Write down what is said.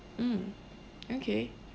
mm okay